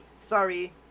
Sorry